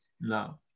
No